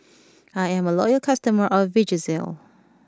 I'm a loyal customer of Vagisil